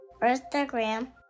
Instagram